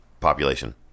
population